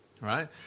right